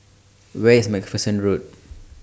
Where IS MacPherson Road